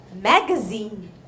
magazine